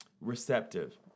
receptive